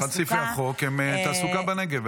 -- אחד מסעיפי החוק הוא תעסוקה בנגב,